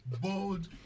bold